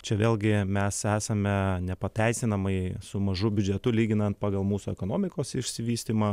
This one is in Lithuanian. čia vėlgi mes esame nepateisinamai su mažu biudžetu lyginant pagal mūsų ekonomikos išsivystymą